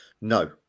no